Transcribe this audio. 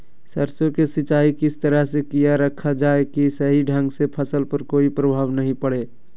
सरसों के सिंचाई किस तरह से किया रखा जाए कि सही ढंग से फसल पर कोई प्रभाव नहीं पड़े?